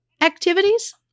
activities